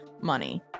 money